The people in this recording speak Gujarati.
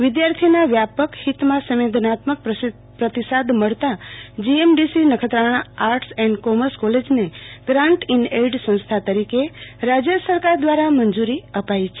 વિદ્યાર્થીના વ્યાપક હિતમાં સંવેદનાત્મક પર્તીસાદ મળતા જીએમડીસી નખત્રાણા આર્ટસ અને કોમર્સ કોલેજને ગ્રાન્ટ ઇન એઇડ સંસ્થા તરીકે રાજ્ય સર્જ્કાર દ્વારા મંજુરી અપાઈ છે